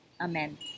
Amen